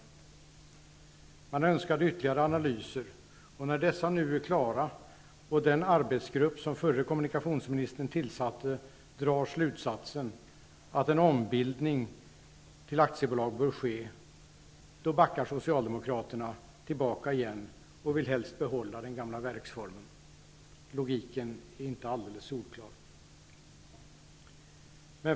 Men man önskade ytterligare analyser, och när dessa nu är klara och den arbetsgrupp som förre kommunikationsministern tillsatte drar slutsatsen att en ombildning till aktiebolag bör ske, då backar Socialdemokraterna tillbaka igen och vill helst behålla den gamla verksformen. Logiken är inte alldeles solklar.